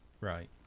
Right